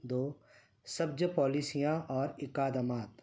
دو سبج پالیسیاں اور اادمات